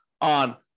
on